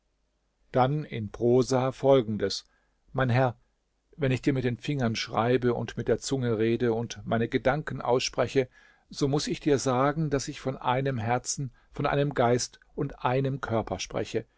dann in prosa folgendes mein herr wenn ich dir mit den fingern schreibe und mit der zunge rede und meine gedanken ausspreche so muß ich dir sagen daß ich von einem herzen von einem geist und einem körper spreche